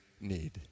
need